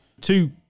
Two